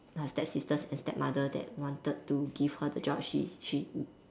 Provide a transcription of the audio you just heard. her stepsisters and stepmother that wanted to give her the job she she